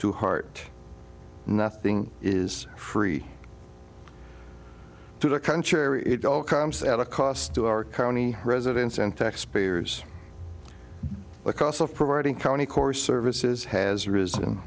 to heart nothing is free to the contrary it all comes at a cost to our county residents and taxpayers the cost of providing county core services has risen